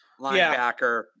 linebacker